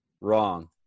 Wrong